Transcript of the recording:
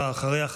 ואחריה,